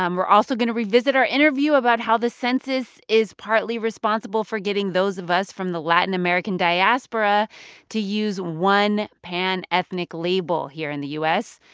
um we're also going to revisit our interview about how the census is partly responsible for getting those of us from the latin american diaspora to use one panethnic label here in the u s.